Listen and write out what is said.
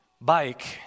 bike